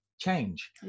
change